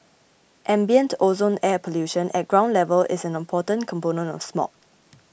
ambient ozone air pollution at ground level is an important component of smog